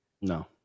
No